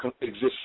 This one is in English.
exist